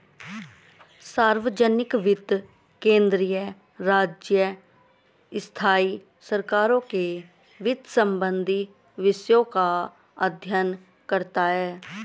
सार्वजनिक वित्त केंद्रीय, राज्य, स्थाई सरकारों के वित्त संबंधी विषयों का अध्ययन करता हैं